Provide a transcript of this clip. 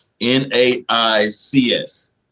N-A-I-C-S